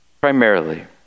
primarily